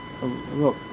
look